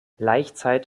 laichzeit